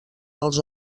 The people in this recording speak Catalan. dels